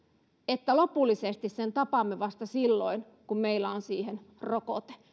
että lopullisesti sen tapamme vasta silloin kun meillä on siihen rokote